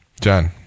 John